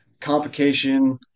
complication